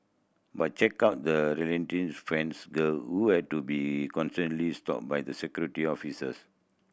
but check out the relent friends girl who had to be constantly stopped by the Security Officers